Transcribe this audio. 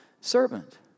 servant